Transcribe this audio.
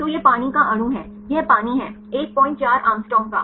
तो यह पानी का अणु है यह पानी है 14 Å का